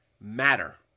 matter